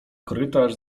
korytarz